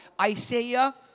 Isaiah